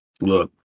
look